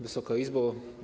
Wysoka Izbo!